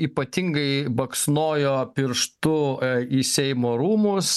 ypatingai baksnojo pirštu į seimo rūmus